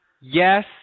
Yes